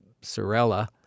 Sorella